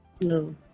No